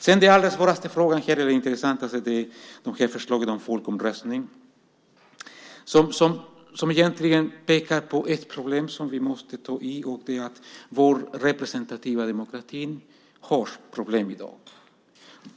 Den svåraste och intressantaste frågan är den om folkomröstning. Den pekar på ett problem som vi måste ta i, nämligen att den representativa demokratin har problem i dag.